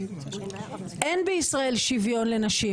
לעניין, אין בישראל שוויון לנשים.